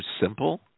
simple